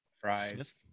Fries